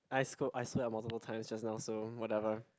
I scold I swear a multiple time just now so whatever